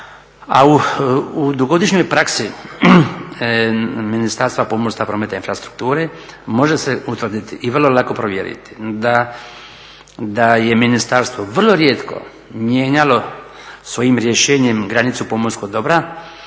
A u dugogodišnjoj praksi Ministarstva pomorstva, prometa i infrastrukture može se utvrditi i vrlo lako provjeriti da je ministarstvo vrlo rijetko mijenjalo svojim rješenjem granicu pomorskog dobra